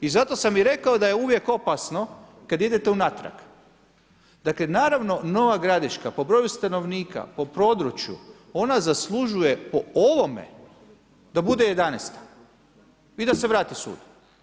I zato sam i rekao da je uvijek opasno kada idete unatrag, dakle naravno Nova Gradiška po broju stanovnika, po području ona zaslužuje po ovome da bude 11.-ta i da se vrati sud.